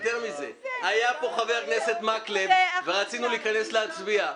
היה כאן חבר הכנסת מקלב ורצינו להיכנס להצביע.